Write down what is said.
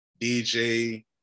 DJ